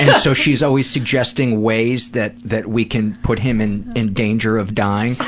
yeah so she's always suggesting ways that that we can put him in in danger of dying.